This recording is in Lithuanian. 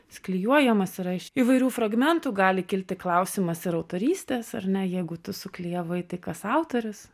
jis klijuojamas yra iš įvairių fragmentų gali kilti klausimas ir autorystės ar ne jeigu tu suklijavai tai kas autorius